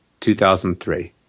2003